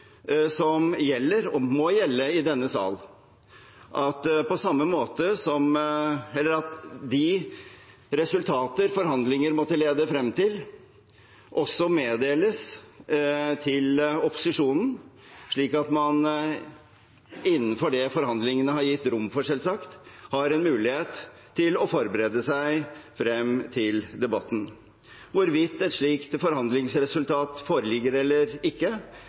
som gjelder og må gjelde i denne sal, at de resultater forhandlinger måtte lede frem til, også meddeles til opposisjonen, slik at man – innenfor det forhandlingene har gitt rom for, selvsagt – har en mulighet til å forberede seg frem til debatten. Hvorvidt et slikt forhandlingsresultat foreligger eller ikke,